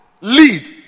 lead